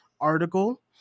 article